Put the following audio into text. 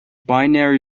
binary